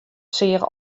seach